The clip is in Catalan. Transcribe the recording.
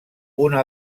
una